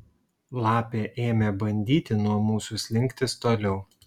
lapė ėmė bandyti nuo mūsų slinktis toliau